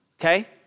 okay